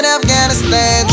Afghanistan